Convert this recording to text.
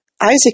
Isaac